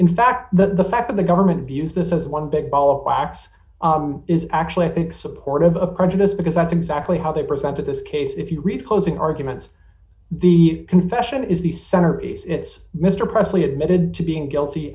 in fact the fact of the government views this as one big ball of wax is actually i think supportive of prejudice because that's exactly how they presented this case if you read closing arguments the confession is the center is it's mr presley admitted to being guilty